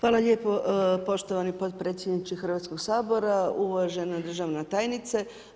Hvala lijepo poštovani potpredsjedniče Hrvatskog sabora, uvažena državna tajnice.